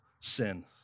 sin